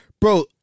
Bro